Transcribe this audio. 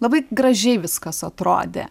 labai gražiai viskas atrodė